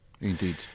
indeed